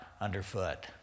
underfoot